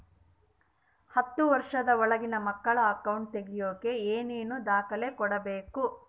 ಹತ್ತುವಷ೯ದ ಒಳಗಿನ ಮಕ್ಕಳ ಅಕೌಂಟ್ ತಗಿಯಾಕ ಏನೇನು ದಾಖಲೆ ಕೊಡಬೇಕು?